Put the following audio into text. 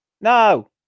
no